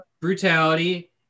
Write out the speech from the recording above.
brutality